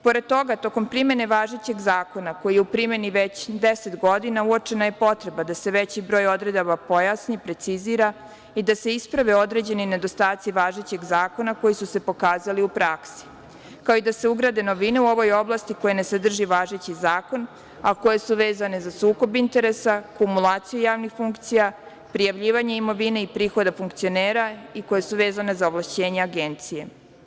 Pored toga, tokom primene važećeg zakona koji je u primeni već deset godina, uočena je potreba da se veći broj odredaba pojasni, precizira i da se isprave mnogi nedostaci važećeg zakona koji su se pokazali u praksi, kao i da se ugrade novine u ovoj oblasti koja ne sadrži važeći zakon, a koje su vezane za sukob interesa, kumulaciju javnih funkcija, prijavljivanje imovine i prihoda funkcionera i koje su vezane za ovlašćenja Agencije.